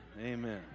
Amen